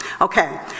Okay